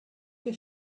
your